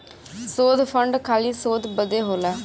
शोध फंड खाली शोध बदे होला